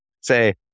say